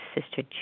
Sister